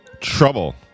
trouble